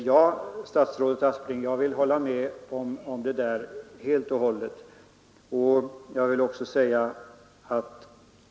Herr talman! Jag håller helt och hållet med om detta, statsrådet Aspling.